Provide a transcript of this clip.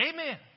Amen